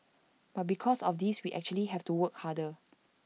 because of this we actually have to work harder